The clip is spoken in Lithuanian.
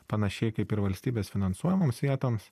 panašiai kaip ir valstybės finansuojamoms vietoms